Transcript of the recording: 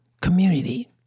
community